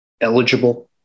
eligible